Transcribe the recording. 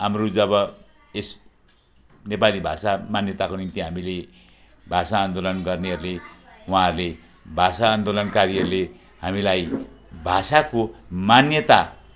हाम्रो जब यस नेपाली भाषा मान्यताको निम्ति हामीले भाषा आन्दोलन गर्नेहरूले उहाँहरूले भाषा आन्दोलनकारीहरूले हामीलाई भाषाको मान्यता